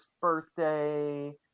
birthday